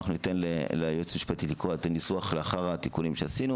ניתן ליועצת המשפטית לקרוא את הנוסח לאחר התיקונים שעשינו